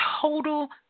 total